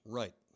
right